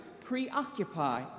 preoccupy